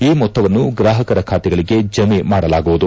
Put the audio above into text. ಈ ಮೊತ್ತವನ್ನು ಗ್ರಾಹಕರ ಖಾತೆಗಳಿಗೆ ಜಮೆ ಮಾಡಲಾಗುವುದು